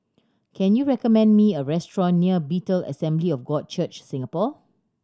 can you recommend me a restaurant near Bethel Assembly of God Church Singapore